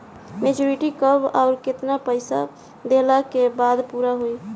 Maturity कब आउर केतना पईसा देहला के बाद पूरा होई?